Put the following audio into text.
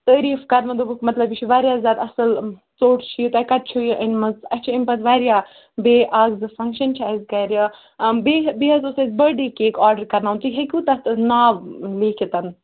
تٲریٖف کَرنہٕ دوٚپُکھ مطلب یہِ چھُ واریاہ زیادٕ اَصٕل ژوٚٹ چھُ یہِ تۄہہِ کَتہِ چھُو یہِ أنۍ مٕژ اَسہِ چھِ اَمہِ پَتہٕ واریاہ بیٚیہِ اَکھ زٕ فَنٛگشَن چھِ اَسہِ گَرِ بیٚیہِ بیٚیہِ حظ اوس اَسہِ برٕتھ ڈے کَیک آرڈَر کَرناوُن تُہۍ ہیٚکِو تَتھ ناو لَیکھِتھ